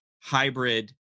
hybrid